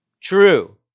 True